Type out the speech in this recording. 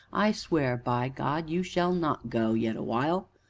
i swear by god you shall not go yet awhile.